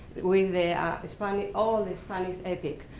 with the ah spanish all the spanish epic,